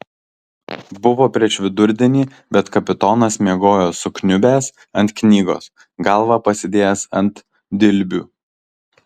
buvo prieš vidurdienį bet kapitonas miegojo sukniubęs ant knygos galvą pasidėjęs ant dilbių